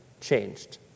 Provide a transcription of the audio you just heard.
changed